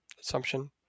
assumption